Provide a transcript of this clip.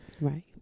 Right